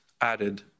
added